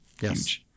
Yes